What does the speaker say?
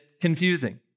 confusing